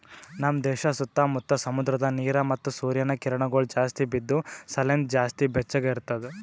ನಮ್ ದೇಶ ಸುತ್ತಾ ಮುತ್ತಾ ಸಮುದ್ರದ ನೀರ ಮತ್ತ ಸೂರ್ಯನ ಕಿರಣಗೊಳ್ ಜಾಸ್ತಿ ಬಿದ್ದು ಸಲೆಂದ್ ಜಾಸ್ತಿ ಬೆಚ್ಚಗ ಇರ್ತದ